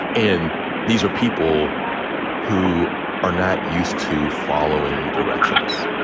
and these are people who are not used to following directions.